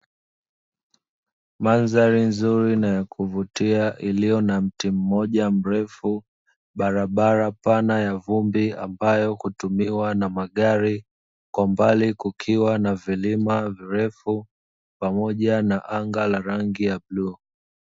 Mandhari nzuri na ya kuvutia iliyo na mti mmoja mrefu barabara pana ya vumbi ambayo hutumiwa na magari, kwa mbali kukiwa na vilima virefu pamoja na anga lenye rangi ya bluu.